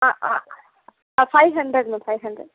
five hundred ma'am five hundred